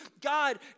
God